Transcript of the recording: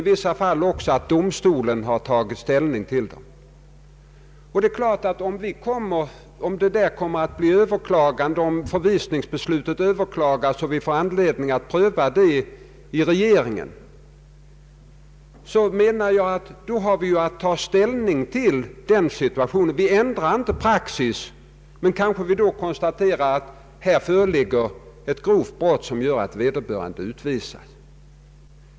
I vissa fall har även domstol tagit ställning till dem. Men det är givet att om förvisningsbeslutet överklagas och vi får pröva det i regeringen, så har vi att ta ställning till en ny situation. Men vi ändrar därmed inte praxis. Vi kan då kanske konstatera att det föreligger ett grovt brott som föranleder vederbörandes utvisning.